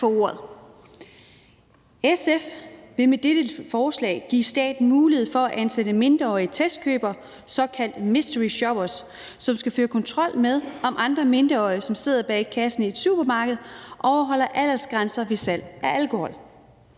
SF vil med dette forslag give staten mulighed for at ansætte mindreårige testkøbere, såkaldte mysteryshoppere, som skal føre kontrol med, om andre mindreårige, som sidder bag kassen i et supermarked, overholder aldersgrænser ved salg af alkohol.